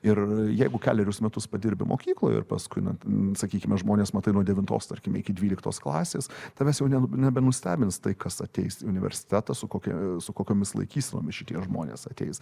ir jeigu kelerius metus padirbi mokykloj ir paskui na ten sakykime žmones matai nuo devintos tarkim iki dvyliktos klasės tavęs jau nebe nebenustebins tai kas ateis į universitetą su kokia su kokiomis laikysenomis šitie žmonės ateis